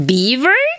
Beaver